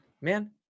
man